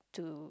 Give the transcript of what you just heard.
to